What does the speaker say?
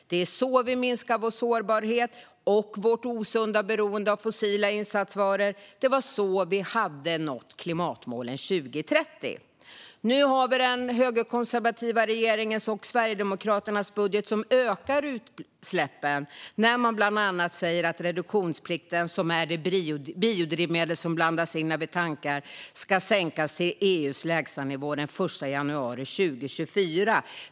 Det är så vi minskar vår sårbarhet och vårt osunda beroende av fossila insatsvaror. Det var så vi skulle ha nått klimatmålen till 2030. Nu har vi den högerkonservativa regeringens och Sverigedemokraternas budget som ökar utsläppen. Man säger bland annat att reduktionsplikten, som är det biodrivmedel som blandas in när vi tankar, ska sänkas till EU:s lägsta nivå den 1 januari 2024.